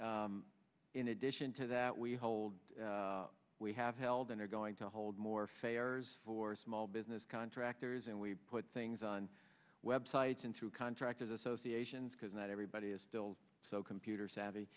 them in addition to that we hold we have held and are going to hold more failures for small business contractors and we put things on web sites and through contractors associations because not everybody is still so computer savvy